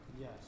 Yes